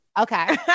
Okay